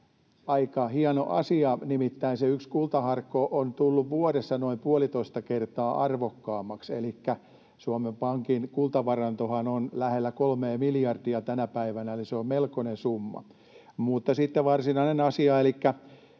aika hieno asia, nimittäin se yksi kultaharkko on tullut vuodessa noin puolitoista kertaa arvokkaammaksi. Elikkä Suomen Pankin kultavarantohan on lähellä kolmea miljardia tänä päivänä, eli se on melkoinen summa. Sitten varsinainen asia